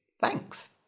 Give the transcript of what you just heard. Thanks